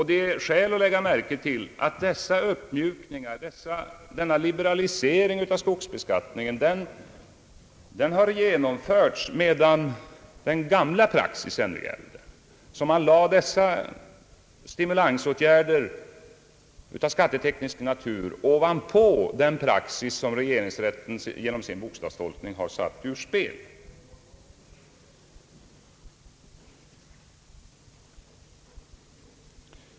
Det är skäl att lägga märke till att denna liberalisering av skogsbeskattningen har genomförts medan gammal praxis ännu gällde. Man lade dessa stimulansåtgärder av skatteteknisk natur ovanpå den praxis som regeringsrätten genom sin bokstavstolkning har satt ur spel.